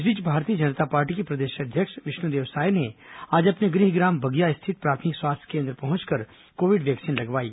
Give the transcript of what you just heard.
इस बीच भारतीय जनता पार्टी के प्रदेश अध्यक्ष विष्णुदेव साय ने आज अपने गृहग्राम बगिया स्थित प्राथमिक स्वास्थ्य केन्द्र पहुंचकर कोविड वैक्सीन लगवाई